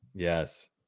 Yes